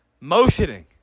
motioning